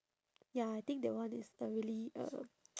ya I think that one is the really um